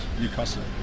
Newcastle